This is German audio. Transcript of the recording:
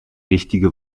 richtige